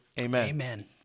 Amen